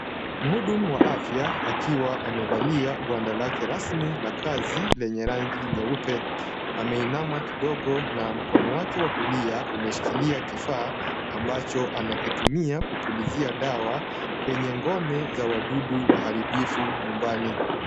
Mhudumu wa afya akiwa amevalia gwanda lake rasmi la kazi lenye rangi nyeupe. Ameinama kidogo na mkono wake wa kulia umeshikilia kifaa ambacho anakitumia kupulizia dawa kwenye ngome za wadudu waharibifu nyumbani.